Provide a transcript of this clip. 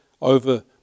over